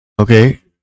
okay